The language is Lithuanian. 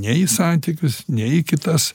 ne į santykius ne į kitas